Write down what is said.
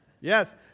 Yes